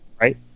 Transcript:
right